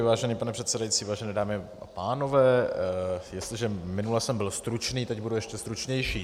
Vážený pane předsedající, vážené dámy a pánové, jestliže minule jsem byl stručný, teď budu ještě stručnější.